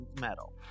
Medal